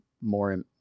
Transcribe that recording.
more